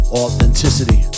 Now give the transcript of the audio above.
authenticity